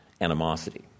animosity